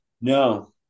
No